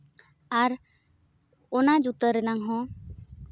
ᱟᱨ ᱚᱱᱟ ᱡᱩᱛᱟᱹ ᱨᱮᱱᱟᱝ ᱦᱚᱸ